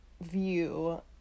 view